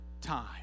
time